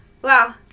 Wow